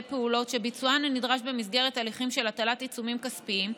פעולות שביצוען נדרש במסגרת הליכים של הטלת עיצומים כספיים,